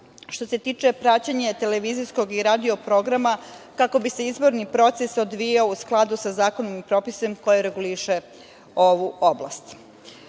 što se tiče praćenja televizijskog i radio programa kako bi se izborni proces odvijao u skladu sa zakonom i propisima koji regulišu ovu oblast.